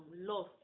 love